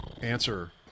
answer